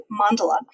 mandala